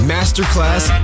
Masterclass